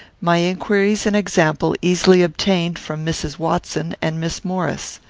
my inquiries and example easily obtained from mrs. watson and miss maurice.